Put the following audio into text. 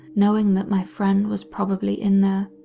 knowing that my friend was probably in there.